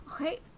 Okay